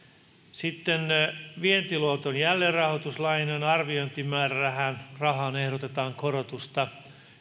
sitten vientiluoton jälleenrahoituslainan arviointimäärärahaan ehdotetaan korotusta